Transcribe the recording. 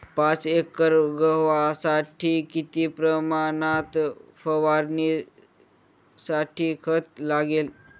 पाच एकर गव्हासाठी किती प्रमाणात फवारणीसाठी खत लागेल?